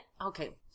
Okay